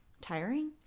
Tiring